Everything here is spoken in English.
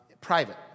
private